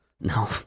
No